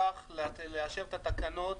הכרח לאשר את התקנות,